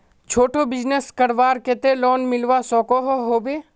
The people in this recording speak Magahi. छोटो बिजनेस करवार केते लोन मिलवा सकोहो होबे?